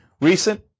recent